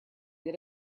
that